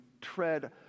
tread